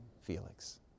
Felix